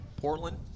Portland